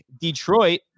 Detroit